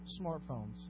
smartphones